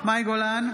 מאי גולן,